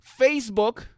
Facebook